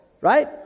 right